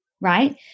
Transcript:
right